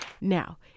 Now